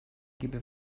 gibi